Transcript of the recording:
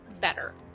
better